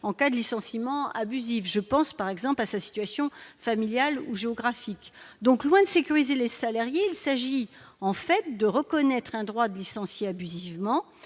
en cas de licenciement abusif, je pense par exemple à sa situation familiale ou géographique, donc moins de sécuriser les salariés, il s'agit en fait de reconnaître un droit de licencier abusivement